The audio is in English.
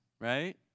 right